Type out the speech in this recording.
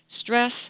Stress